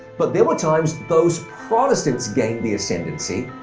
but there were times those protestants gained the ascendancy,